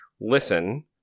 listen